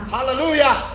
Hallelujah